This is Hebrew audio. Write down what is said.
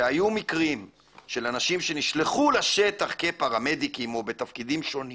שהיו מקרים של אנשים שנשלחו לשטח כפרמדיקים או בתפקידים שונים